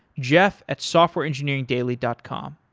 jeff at softwareengineeringdaily dot com.